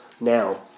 now